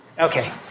okay